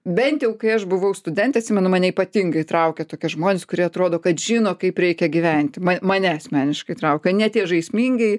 bent jau kai aš buvau studentė atsimenu mane ypatingai traukė tokie žmonės kurie atrodo kad žino kaip reikia gyventi mane asmeniškai traukia ne tie žaismingieji